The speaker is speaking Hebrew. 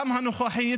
גם הנוכחית,